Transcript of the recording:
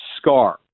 scar